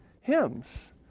hymns